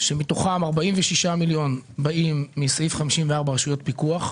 שמתוכם 46 מיליון שקל באים מסעיף 54: רשויות פיקוח.